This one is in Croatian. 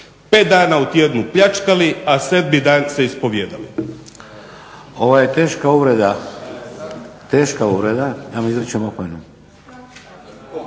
Pet dana u tjednu pljačkali, a sedmi dan se ispovijedali.